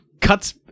cuts